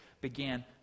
began